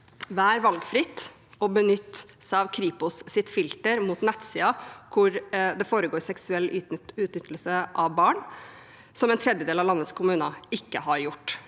være valgfritt å benytte seg av Kripos’ filter mot nettsider hvor det foregår seksuell utnyttelse av barn, som en tredjedel av landets kommuner ikke har gjort.